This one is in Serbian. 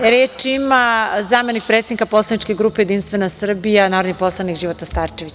Reč ima zamenik predsednika poslaničke grupe Jedinstvena Srbija, narodni poslanik Života Starčević.